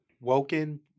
Woken